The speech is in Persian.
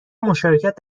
مشارکت